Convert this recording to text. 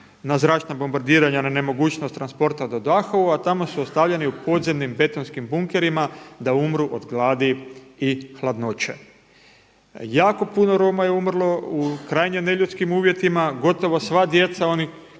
na zračna bombardiranja, na nemogućnost transporta do Dachaua a tamo su ostavljeni u podzemnim betonskim bunkerima da umru od gladi i hladnoće. Jako puno Roma je umrlo u krajnje neljudskim uvjetima, gotovo sva djeca, onih